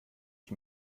ich